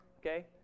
okay